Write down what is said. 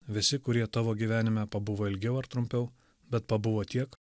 visi kurie tavo gyvenime pabuvo ilgiau ar trumpiau bet pabuvo tiek